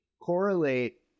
correlate